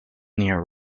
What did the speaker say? near